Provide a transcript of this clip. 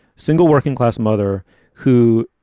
single working class mother who.